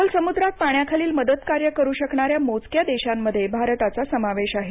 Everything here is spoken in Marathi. खोल समुद्रात पाण्याखालील मदत कार्य करू शकणाऱ्या मोजक्या देशांमध्ये भारताचा समावेश आहे